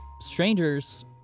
strangers